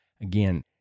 Again